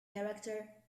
character